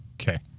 Okay